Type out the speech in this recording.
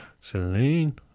Celine